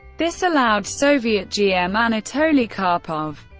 this allowed soviet gm anatoly karpov,